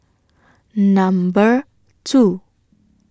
Number two